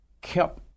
kept